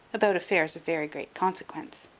about affairs of very great consequence,